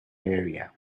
area